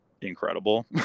incredible